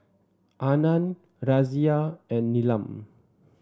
Anand Razia and Neelam